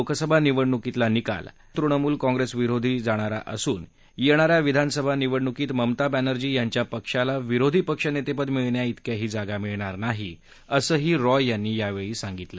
लोकसभा निवडणुकीतला निकाल हा तृणमूल काँग्रेस विरोधी जाणारा असून येणाऱ्या विधानसभा निवडणुकीत ममता बर्स्ती यांच्या पक्षाला विरोधी पक्षनेते पद मिळण्यातिकीही जागा मिळणार नाही असं रॉय यांनी सांगितलं